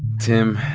tim,